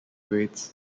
grades